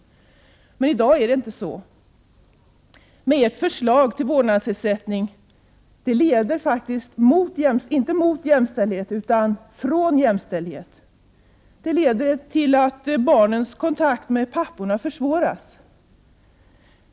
Men i dag är det inte så. Ert förslag till vårdnadsersättning leder inte mot jämställdhet utan från jämställdhet. Det leder till att barnens kontakter med papporna försvåras.